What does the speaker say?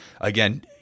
again –